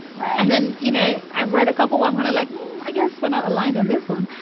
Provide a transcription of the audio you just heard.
right. and then, you know, i've read a couple of i'm going to like i guess we're not aligned on this one.